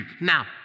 now